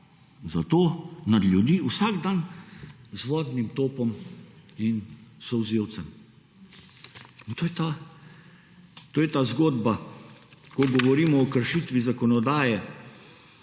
za to nad ljudi vsak dan z vodnim topom in solzivcem. In to je ta zgodba, ko govorimo o kršitvi zakonodaje.